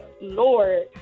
Lord